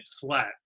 flat